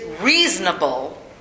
reasonable